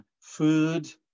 food